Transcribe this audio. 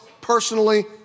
personally